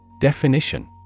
Definition